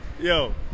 Yo